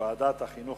לוועדת החינוך